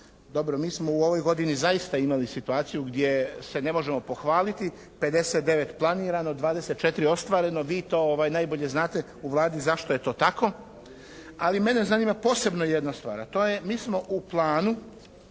Dobro, mi smo u ovoj godini zaista imali situaciju gdje se ne možemo pohvaliti, 59 planirano, 24 ostvareno. Vi to najbolje znate u Vladi zašto je to tako. Ali mene zanima posebno jedna stvar, a to je, mi smo u planu